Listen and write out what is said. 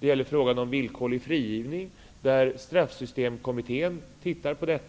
Det gällde frågan om villkorlig frigivning som Straffsystemkommittén undersöker. Per